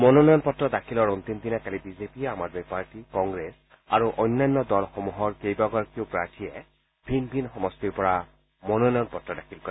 মনোনয়ন পত্ৰ দাখিলৰ অন্তিম দিনা কালি বিজেপি আম আদমি পাৰ্টি কংগ্ৰেছ আৰু অন্যান্য দলসমূহৰ কেইবাগৰাকীও প্ৰাৰ্থীয়ে ভিন ভিন সমষ্টিৰ পৰা মনোনয়ন পত্ৰ দাখিল কৰে